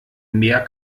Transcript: mehr